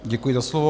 Děkuji za slovo.